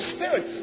Spirit